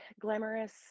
glamorous